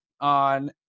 on